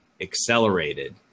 accelerated